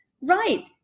right